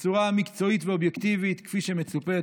בצורה מקצועית ואובייקטיבית, כפי שמצופה.